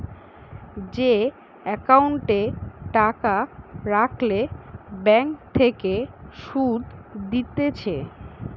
যে একাউন্টে টাকা রাখলে ব্যাঙ্ক থেকে সুধ দিতেছে